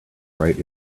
right